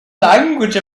language